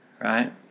right